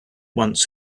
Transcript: once